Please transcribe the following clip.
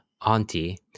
auntie